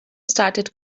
started